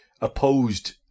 opposed